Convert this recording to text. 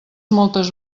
moltes